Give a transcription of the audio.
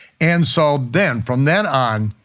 and so then, from then on,